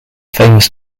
famous